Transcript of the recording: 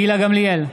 גילה גמליאל,